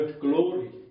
glory